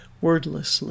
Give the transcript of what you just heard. wordlessly